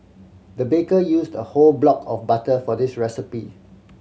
the baker used a whole block of butter for this recipe